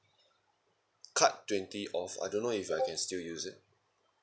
cut twenty off I don't know if I can still use it